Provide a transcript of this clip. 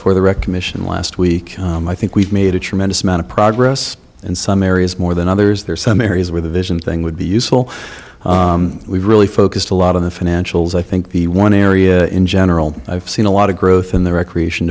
for the recognition last week i think we've made a tremendous amount of progress in some areas more than others there are some areas where the vision thing would be useful we really focused a lot of the financials i think the one area in general i've seen a lot of growth in the recreation